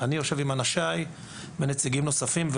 אני יושב עם אנשים ויושבים נציגים נוספים.